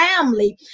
family